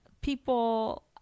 people